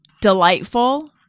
delightful